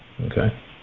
Okay